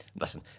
listen